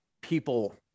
people